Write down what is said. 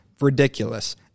Ridiculous